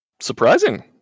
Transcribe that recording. surprising